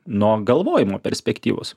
nuo galvojimo perspektyvos